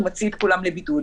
הוא מוציא את כולם לבידוד.